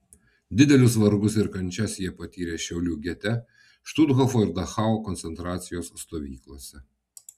didelius vargus ir kančias jie patyrė šiaulių gete štuthofo ir dachau koncentracijos stovyklose